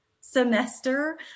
semester